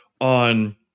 on